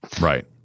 Right